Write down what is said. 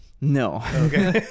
No